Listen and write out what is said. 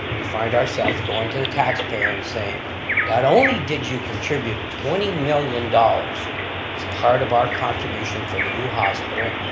we find ourselves going to the taxpayer and saying, not only did you contribute twenty million dollars as part of our contribution for the new hospital,